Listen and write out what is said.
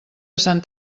sant